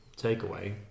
Takeaway